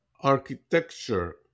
Architecture